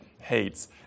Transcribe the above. hates